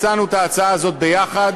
הצענו את ההצעה הזאת ביחד.